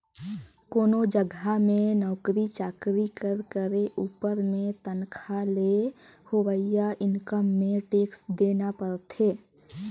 कोनो जगहा में नउकरी चाकरी कर करे उपर में तनखा ले होवइया इनकम में टेक्स देना परथे